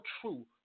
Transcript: true